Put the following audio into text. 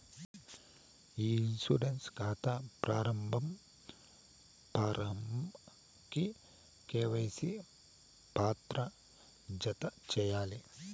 ఇ insurance కాతా ప్రారంబ form కి కేవైసీ పత్రాలు జత చేయాలి